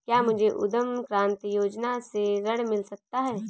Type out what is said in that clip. क्या मुझे उद्यम क्रांति योजना से ऋण मिल सकता है?